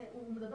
אותו דבר